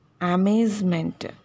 amazement